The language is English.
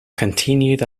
continued